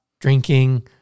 drinking